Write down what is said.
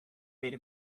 made